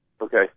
okay